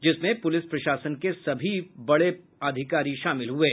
जिसमें पुलिस प्रशासन के सभी बड़े अधिकारी शामिल हुये